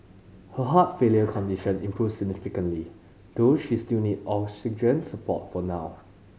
her heart failure condition improved significantly though she still needs oxygen support for now